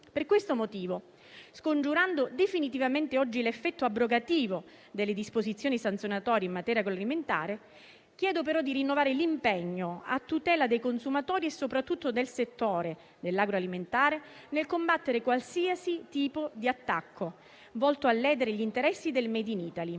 Per questo motivo, scongiurando definitivamente oggi l'effetto abrogativo delle disposizioni sanzionatorie in materia agroalimentare, chiedo però di rinnovare l'impegno a tutela dei consumatori e soprattutto del settore dell'agroalimentare nel combattere qualsiasi tipo di attacco volto a ledere gli interessi del *made in Italy*.